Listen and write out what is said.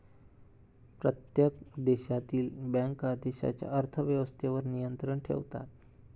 प्रत्येक देशातील बँका देशाच्या अर्थ व्यवस्थेवर नियंत्रण ठेवतात